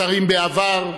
שרים בעבר,